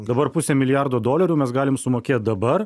dabar pusę milijardo dolerių mes galim sumokėt dabar